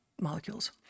molecules